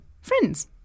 friends